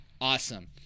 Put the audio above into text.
Awesome